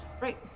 Right